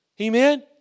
Amen